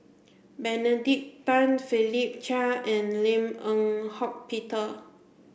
Benedict Tan Philip Chia and Lim Eng Hock Peter